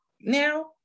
now